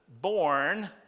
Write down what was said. born